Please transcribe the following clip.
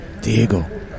Diego